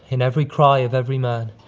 and every cry of every man,